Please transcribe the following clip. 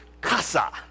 kasa